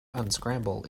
unscramble